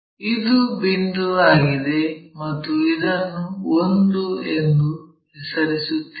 ಇದು ಬಿಂದುವಾಗಿದೆ ಮತ್ತು ಇದನ್ನು 1 ಎಂದು ಹೆಸರಿಸುತ್ತೇವೆ